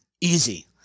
easy